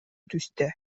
түстэ